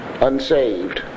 unsaved